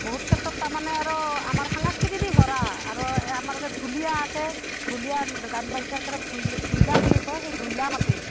বহুত ক্ষেত্ৰত তাৰমানে আৰু আমাৰ সাংস্কৃতি দি ভৰা আৰু আমাৰ এতে ঢুলীয়া আছে ঢুলীয়া গান বাইজনাৰ কাৰণে ঢুই ঢুইলা বুলি কয় সেই ঢুইলা মাতে